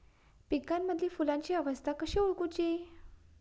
पिकांमदिल फुलांची अवस्था कशी ओळखुची?